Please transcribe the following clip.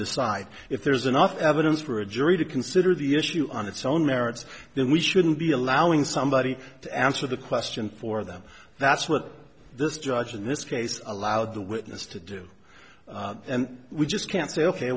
decide if there's enough evidence for a jury to consider the issue on its own merits then we shouldn't be allowing somebody to answer the question for them that's what this judge in this case allowed the witness to do and we just can't say ok